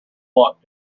luck